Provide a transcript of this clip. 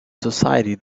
society